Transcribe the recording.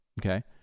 okay